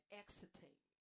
exiting